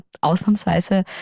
ausnahmsweise